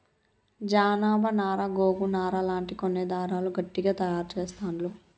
జానప నారా గోగు నారా లాంటి కొన్ని దారాలు గట్టిగ తాయారు చెస్తాండ్లు